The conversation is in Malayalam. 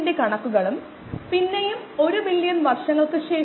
അതിനാൽ ഈ പ്രഭാഷണത്തിൽ നമുക്ക് കൂടുതൽ മുന്നോട്ട് പോകാം